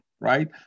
right